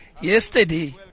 yesterday